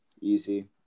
easy